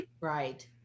Right